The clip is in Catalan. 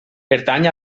pertany